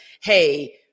hey